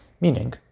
Meaning